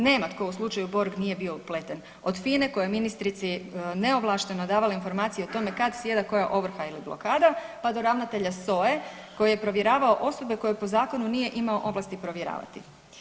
Nema tko u slučaju Borg nije bio upleten, od FINE koja je ministrici neovlašteno davala informacije o tome kad sjeda koja ovrha ili blokada pa do ravnatelja SOA-e koji je provjeravao osobe koje po zakonu nije imao ovlasti provjeravati.